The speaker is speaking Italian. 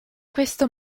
questo